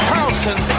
Carlson